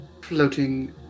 floating